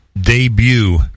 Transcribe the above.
debut